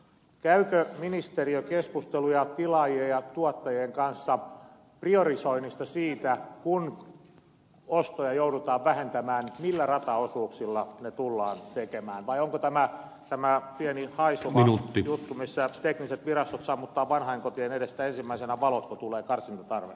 käykö ministeriö keskusteluja tilaajien ja tuottajien kanssa priorisoinnista siitä että kun ostoja joudutaan vähentämään millä rataosuuksilla ne tullaan tekemään vai onko tämä pieni haiseva juttu missä tekniset virastot sammuttavat vanhainkotien edestä ensimmäisenä valot kun tulee karsintatarve